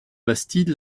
bastide